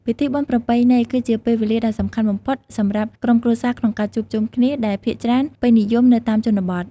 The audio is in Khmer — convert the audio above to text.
ពិធីបុណ្យប្រពៃណី គឺជាពេលវេលាដ៏សំខាន់បំផុតសម្រាប់ក្រុមគ្រួសារក្នុងការជួបជុំគ្នា ដែលភាគច្រើនពេញនិយមនៅតាមជនបទ ។